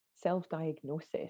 self-diagnosis